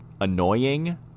annoying